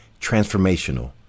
transformational